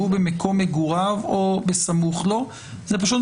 ובלבד שהנאשם מתגורר באותו מקום או בסמוך אליו וזו הסיטואציה הראשונה.